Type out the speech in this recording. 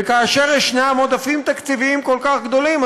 וכאשר ישנם עודפים תקציביים כל כך גדולים,